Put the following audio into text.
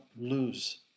lose